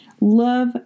Love